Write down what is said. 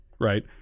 right